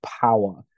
power